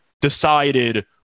decided